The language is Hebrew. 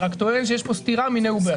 אני רק טוען שיש כאן סתירה מיני וביי.